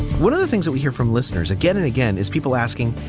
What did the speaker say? one of the things that we hear from listeners again and again is people asking,